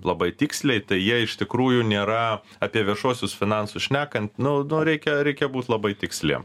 labai tiksliai tai jie iš tikrųjų nėra apie viešuosius finansus šnekant nu nu reikia reikia būt labai tiksliem